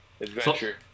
adventure